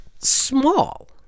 small